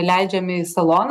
leidžiami į saloną